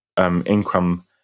income